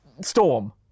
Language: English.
storm